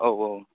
औ औ